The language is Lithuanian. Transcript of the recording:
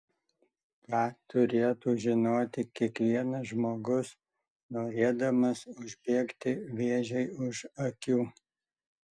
ką turėtų žinoti kiekvienas žmogus norėdamas užbėgti vėžiui už akių